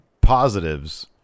positives